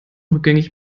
rückgängig